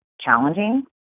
challenging